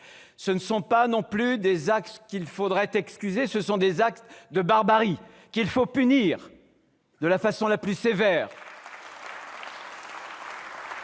Ce ne sont pas non plus des actes qu'il faudrait excuser. Ce sont des actes de barbarie, qu'il faut punir de la façon la plus sévère